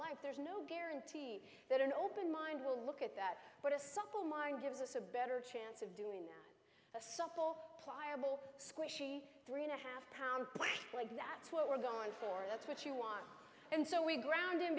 life there's no guarantee that an open mind will look at that but a simple mind gives us a better chance of doing a simple pliable squishy three and a half pound plane like that what we're going for that's what you want and so we ground